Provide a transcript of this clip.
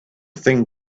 thing